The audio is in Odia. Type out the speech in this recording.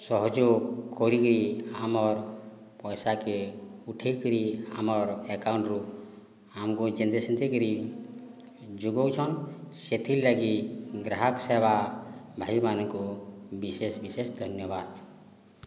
ସହଯୋଗ କରିକରି ଆମର ପଇସାକୁ ଉଠାଇକରି ଆମର ଏକାଉଣ୍ଟରୁ ଆମକୁ ଯେମିତିସେମିତି କରି ଯୋଗାଉଛନ୍ତି ସେଥିଲାଗି ଗ୍ରାହକ ସେବା ଭାଇମାନଙ୍କୁ ବିଶେଷ ବିଶେଷ ଧନ୍ୟବାଦ